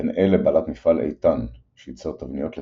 בין אלה בלט מפעל "איתן", שייצר תבניות לצמיגים,